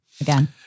again